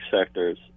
sectors